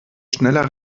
schneller